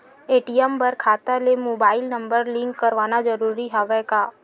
ATM बर खाता ले मुबाइल नम्बर लिंक करवाना ज़रूरी हवय का?